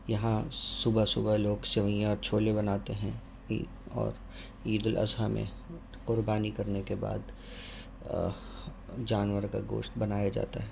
یہاں صبح صبح لوگ سویاں اور چھولے بناتے ہیں عید اور عید الاضحیٰ میں قربانی کرنے کے بعد جانور کا گوشت بنایا جاتا ہے